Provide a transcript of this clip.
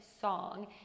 song